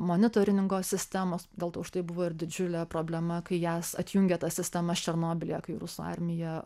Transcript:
monitoringo sistemos gal užtai buvo ir didžiulė problema kai jas atjungė tas sistemas černobylyje kai rusų armija